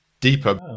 deeper